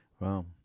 Wow